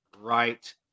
right